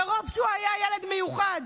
מרוב שהוא היה ילד מיוחד.